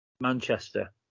Manchester